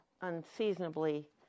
unseasonably